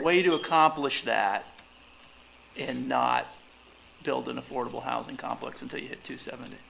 way to accomplish that and not build an affordable housing complex until you get to seven